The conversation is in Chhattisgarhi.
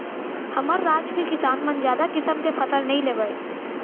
हमर राज के किसान मन जादा किसम के फसल नइ लेवय